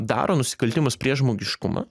daro nusikaltimus prieš žmogiškumą